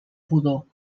pudor